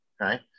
right